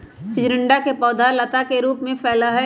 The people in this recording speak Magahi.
चिचिंडा के पौधवा लता के रूप में फैला हई